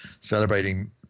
celebrating